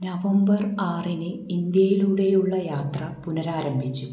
November ആറിന് ഇന്ത്യയിലൂടെയുള്ള യാത്ര പുനരാരംഭിച്ചു